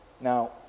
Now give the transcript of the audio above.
Now